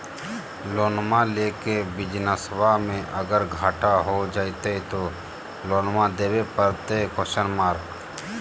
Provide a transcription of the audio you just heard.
लोनमा लेके बिजनसबा मे अगर घाटा हो जयते तो लोनमा देवे परते?